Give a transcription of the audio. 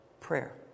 prayer